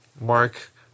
Mark